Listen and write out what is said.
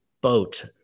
boat